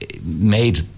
made